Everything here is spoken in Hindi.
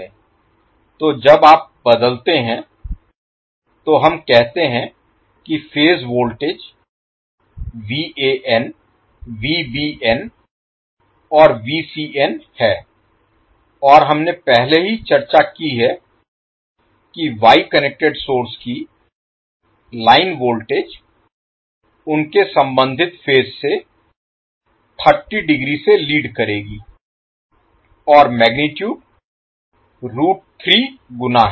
तो जब आप बदलते हैं तो हम कहते हैं कि फेज वोल्टेज Van Vbn और Vcn हैं और हमने पहले ही चर्चा की है कि वाई कनेक्टेड सोर्स की लाइन वोल्टेज उनके संबंधित फेज से 30 डिग्री से लीड करेगी और मैगनीटुड रूट 3 गुना है